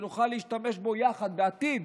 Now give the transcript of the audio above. שנוכל להשתמש בו יחד בעתיד,